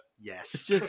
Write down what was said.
Yes